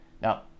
now